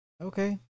Okay